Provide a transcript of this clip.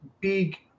big